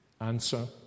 Answer